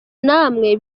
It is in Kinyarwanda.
namwe